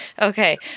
Okay